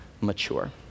mature